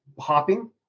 hopping